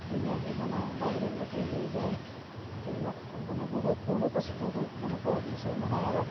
ধুনীয়াকৈ বনায় বাহিৰলৈকে লৈ যায় সেইবিলাক মানে বহুত বহুত আছে বহুত মানে কোৱাৰ নিচিনা নহয় আৰু